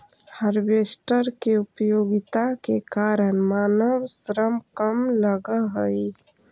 harvester के उपयोगिता के कारण मानव श्रम कम लगऽ हई